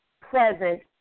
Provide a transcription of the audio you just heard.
Present